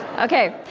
ok,